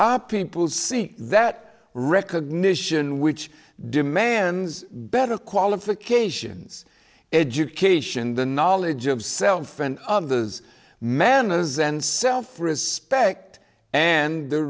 people see that recognition which demands better qualifications education the knowledge of self and others manners and self respect and the